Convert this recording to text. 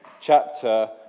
chapter